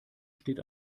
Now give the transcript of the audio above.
steht